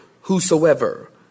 whosoever